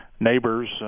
neighbors